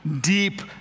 deep